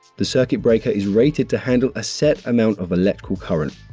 the circuit breaker is rated to handle a set amount of electrical current.